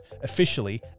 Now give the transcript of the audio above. officially